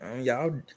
Y'all